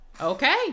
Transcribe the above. okay